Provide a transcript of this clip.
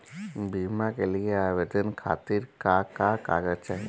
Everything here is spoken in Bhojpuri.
बीमा के लिए आवेदन खातिर का का कागज चाहि?